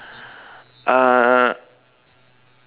uh